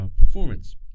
performance